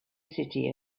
city